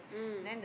mm